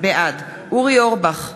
בעד אורי אורבך,